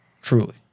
Truly